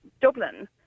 Dublin